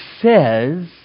says